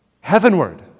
heavenward